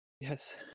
Yes